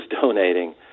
donating